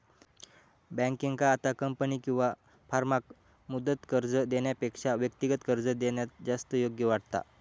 बँकेंका आता कंपनी किंवा फर्माक मुदत कर्ज देण्यापेक्षा व्यक्तिगत कर्ज देणा जास्त योग्य वाटता